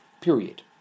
period